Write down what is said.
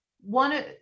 one